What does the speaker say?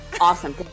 Awesome